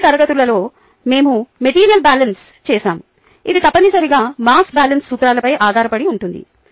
మునుపటి తరగతులలో మేము మెటీరియల్ బ్యాలెన్స్ చేసాము ఇది తప్పనిసరిగా మాస్ బ్యాలెన్స్ సూత్రాలపై ఆధారపడి ఉంటుంది